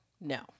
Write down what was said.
no